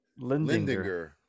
Lindinger